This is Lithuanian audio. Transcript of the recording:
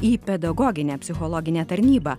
į pedagoginę psichologinę tarnybą